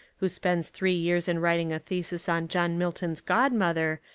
who spends three years in writing a thesis on john milton's god-mother,